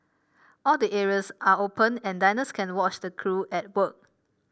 all the areas are open and diners can watch the crew at work